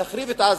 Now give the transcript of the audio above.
להחריב את עזה.